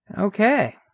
Okay